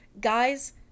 Guys